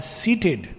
seated